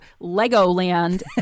Legoland